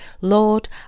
Lord